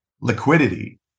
liquidity